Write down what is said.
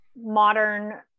modern